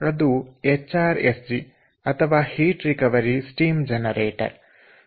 ಅದು H R S G ಅಥವಾ heat recovery steam generator ಆಗಿದೆ